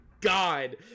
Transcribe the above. God